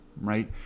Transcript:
right